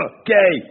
okay